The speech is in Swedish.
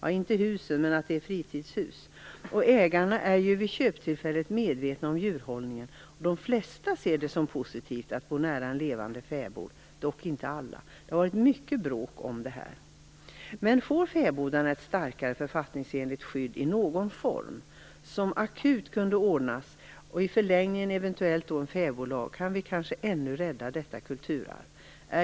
för inte så länge sedan. Ägarna är vid köptillfället medvetna om djurhållningen. De flesta ser det som positivt att bo nära en levande fäbod, dock inte alla. Det har varit mycket bråk om detta. Om ett starkare författningsenligt skydd i någon form för fäbodarna akut kunde ordnas, och i förlängningen eventuellt också en fäbodlag kan vi kanske ännu rädda detta kulturarv.